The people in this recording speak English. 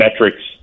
metrics